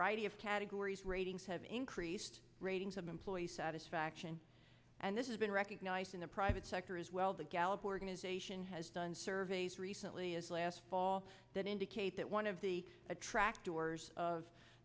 variety of categories ratings have increased ratings of employee satisfaction and this is been recognized in the private sector as well the gallup organization has done surveys recently as last fall that indicate that one of the attract doors of